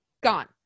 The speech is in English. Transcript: Gone